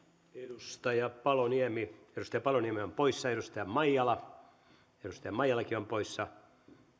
edustaja paloniemi edustaja paloniemi on poissa edustaja maijala edustaja maijalakin on poissa